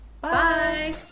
Bye